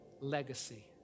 legacy